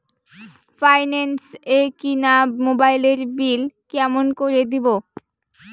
Finance এ কিনা মোবাইলের বিল কেমন করে দিবো?